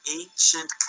ancient